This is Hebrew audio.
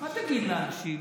מה תגיד לאנשים?